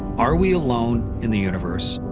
are we alone in the universe